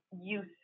use